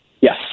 Yes